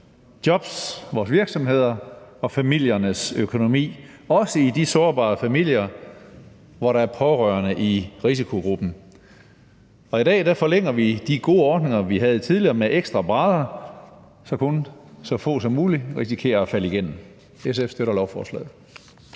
jobs, vores virksomheder og familiernes økonomi, også i de sårbare familier, hvor der er pårørende i risikogruppen. I dag forlænger vi de gode ordninger, vi havde tidligere, med ekstra brædder, så kun så få som muligt risikerer at falde igennem. SF støtter lovforslaget.